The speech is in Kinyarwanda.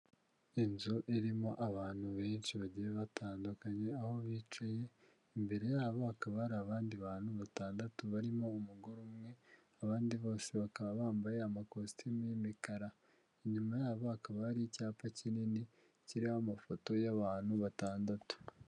Inzu irimo abantu benshi bagiye batandukanye aho bicaye, imbere yabo hakaba hari abandi bantu batandatu barimo umugore umwe, abandi bose bakaba bambaye amakositimu y'imikara, inyuma yabo hakaba hari icyapa kinini kiriho amafoto y'abantu batandatu.